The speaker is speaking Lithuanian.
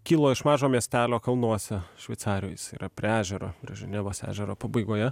kilo iš mažo miestelio kalnuose šveicarijoj jis yra prie ežero ženevos ežero pabaigoje